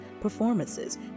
performances